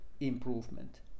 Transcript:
improvement